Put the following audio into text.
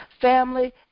Family